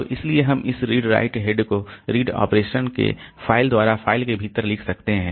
अब इसलिए हम इस रीड राइट हेड को रीड ऑपरेशन के फ़ाइल द्वारा फाइल के भीतर लिख सकते हैं